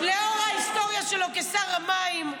לאור ההיסטוריה שלו כשר המים,